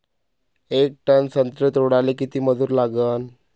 येक टन संत्रे तोडाले किती मजूर लागन?